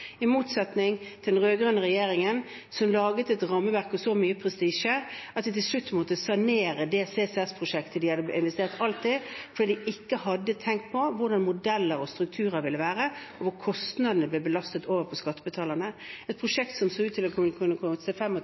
i motsetning til den rød-grønne regjeringen, som laget et rammeverk med så mye prestisje at de til slutt måtte sanere det CCS-prosjektet de hadde investert alt i, fordi de ikke hadde tenkt på hvordan modeller og strukturer ville være, og kostnadene ble lastet over på skattebetalerne. Det var et prosjekt som så ut til å kunne